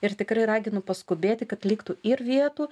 ir tikrai raginu paskubėti kad liktų ir vietų